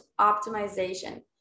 optimization